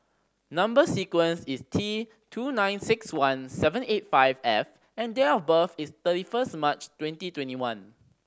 number sequence is T two nine six one seven eight five F and date of birth is thirty first March twenty twenty one